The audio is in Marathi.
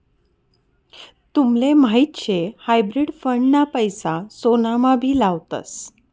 तुमले माहीत शे हायब्रिड फंड ना पैसा सोनामा भी लावतस